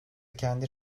kendi